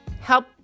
help